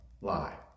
lie